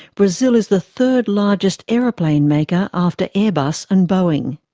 brazil is the third largest aeroplane maker after airbus and boeing.